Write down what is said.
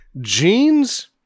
jeans